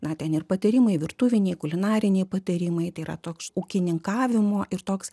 na ten ir patarimai virtuviniai kulinariniai patarimai tai yra toks ūkininkavimo ir toks